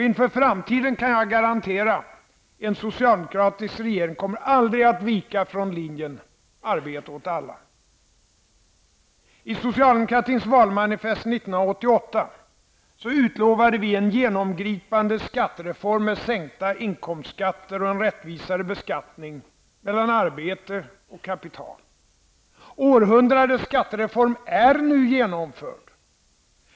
Inför framtiden kan jag garantera: En socialdemokratisk regering kommer aldrig att vika från linjen arbete åt alla! I socialdemokratins valmanifest 1988 utlovade vi en genomgripande skattereform med sänkta inkomstskatter och en rättvisare beskattning mellan arbete och kapital. Århundradets skattereform är nu genomförd.